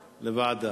ועדה.